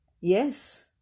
Yes